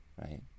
Right